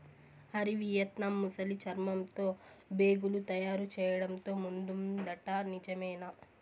Hari, Vietnam ముసలి చర్మంతో బేగులు తయారు చేయడంతో ముందుందట నిజమేనా